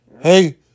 Hey